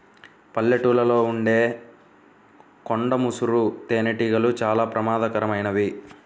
పల్లెటూళ్ళలో ఉండే కొండ ముసురు తేనెటీగలు చాలా ప్రమాదకరమైనవి